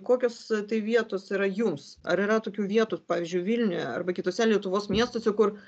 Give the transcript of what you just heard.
kokios tai vietos yra jums ar yra tokių vietų pavyzdžiui vilniuje arba kituose lietuvos miestuose kur